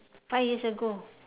five years ago